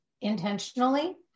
intentionally